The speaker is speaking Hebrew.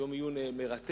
יום עיון מרתק,